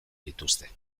dituzte